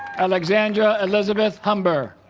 alexandra elizabeth humber